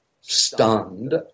stunned